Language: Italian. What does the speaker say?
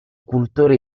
cultore